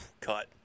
Cut